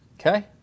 okay